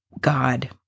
God